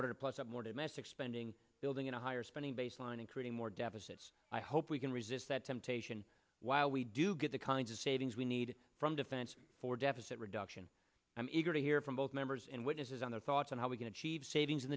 order to place up more domestic spending building in a higher spending baseline and creating more deficits i hope we can reach that temptation while we do get the kind of savings we need from defense for deficit reduction i'm eager to hear from both members and witnesses on their thoughts on how we can achieve savings